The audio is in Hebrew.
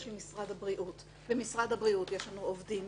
במשרד הבריאות יש עובדים,